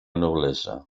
noblesa